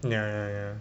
ya ya ya